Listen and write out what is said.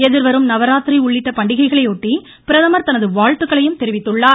எதிர்வரும் நவராத்திரி உள்ளிட்ட பண்டிகைகளையொட்டி பிரதமர் தனது வாழ்த்துக்களையும் தெரிவித்துள்ளார்